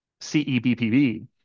CEBPB